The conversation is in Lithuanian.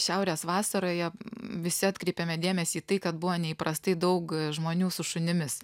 šiaurės vasaroje visi atkreipėme dėmesį į tai kad buvo neįprastai daug žmonių su šunimis